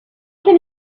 can